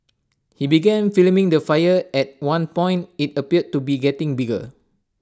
he began filming the fire at one point IT appeared to be getting bigger